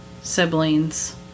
siblings